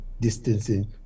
distancing